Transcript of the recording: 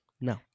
No